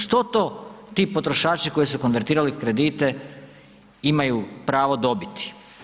Što to ti potrošači koji su konvertirali kredite imaju pravo dobiti?